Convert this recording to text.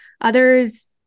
Others